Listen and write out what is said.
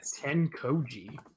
Tenkoji